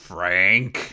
Frank